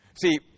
See